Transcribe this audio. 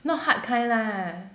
not hard kind lah